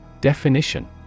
Definition